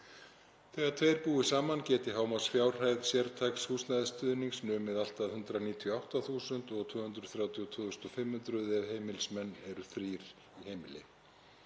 Þegar tveir búi saman geti hámarksfjárhæð sértæks húsnæðisstuðnings numið allt að 198.000 kr. og 232.500 kr. ef heimilismenn eru þrír í heimili.